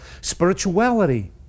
spirituality